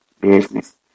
Business